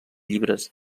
llibres